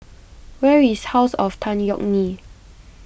where is House of Tan Yeok Nee